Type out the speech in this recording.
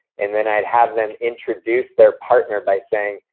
and then i'd have them introduce their partner by saying,